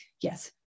yes